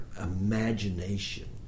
imagination